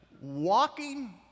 Walking